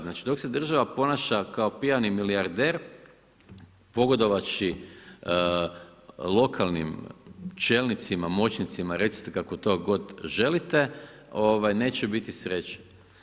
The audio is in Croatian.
Znači dok se država ponaša kao pijani milijarder pogodovši lokalnim čelnicima, moćnicima recite kako god to želite neće biti sreće.